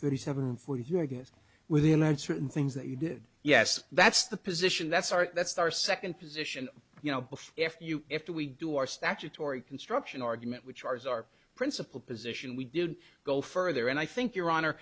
thirty seven for your guess within that certain things that you did yes that's the position that's our that's our second position you know if you after we do our statutory construction argument which ours our principle position we did go further and i think your hon